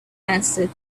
answered